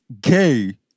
gay